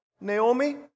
Naomi